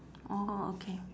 orh okay